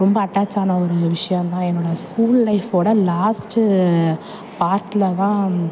ரொம்ப அட்டாச்சான ஒரு விஷயந்தான் என்னோட ஸ்கூல் லைஃப்போட லாஸ்ட்டு பார்ட்டில் தான்